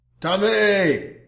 Tommy